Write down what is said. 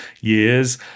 years